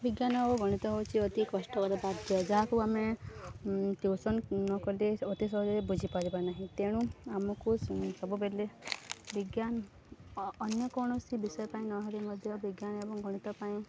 ବିଜ୍ଞାନ ଓ ଗଣିତ ହଉଚି ଅତି କଷ୍ଟକର ଯାହାକୁ ଆମେ ଟିଉସନ୍ ନକଲେ ଅତି ସହଜରେ ବୁଝିପାରିବା ନାହିଁ ତେଣୁ ଆମକୁ ସବୁବେଲେ ବିଜ୍ଞାନ ଅନ୍ୟ କୌଣସି ବିଷୟ ପାଇଁ ନହେଲେ ମଧ୍ୟ ବିଜ୍ଞାନ ଏବଂ ଗଣିତ ପାଇଁ